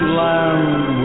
land